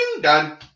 done